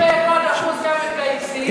91% מהמתגייסים,